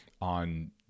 on